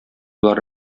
болар